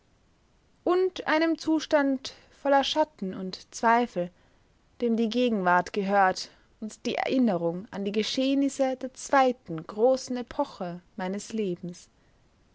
und einem zustand voller schatten und zweifel dem die gegenwart gehört und die erinnerung an die geschehnisse der zweiten großen epoche meines lebens